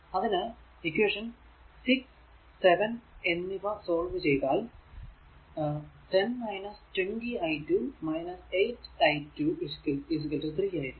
അതിനാൽ ഇക്വേഷൻ 6 7 എന്നിവ സോൾവ് ചെയ്താൽ 10 20 i2 8 i2 3 ആയിരിക്കും